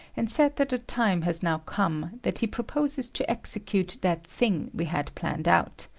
and said that the time has now come, that he proposes to execute that thing we had planned out.